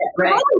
Right